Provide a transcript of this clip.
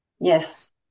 Yes